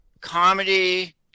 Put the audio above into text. comedy